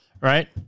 right